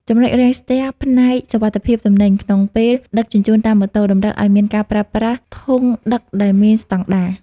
ចំណុចរាំងស្ទះផ្នែក "សុវត្ថិភាពទំនិញ" ក្នុងពេលដឹកជញ្ជូនតាមម៉ូតូ តម្រូវឱ្យមានការប្រើប្រាស់ធុងដឹកដែលមានស្ដង់ដារ។